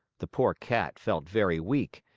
the poor cat felt very weak,